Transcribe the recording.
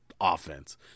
offense